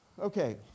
Okay